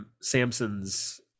Samson's